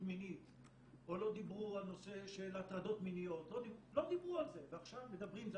מינית או לא דיברו על נושא של הטרדות מיניות ועכשיו מדברים,